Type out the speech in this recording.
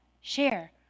share